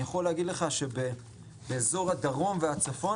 אני יכול להגיד לך שבאזור הדרום והצפון,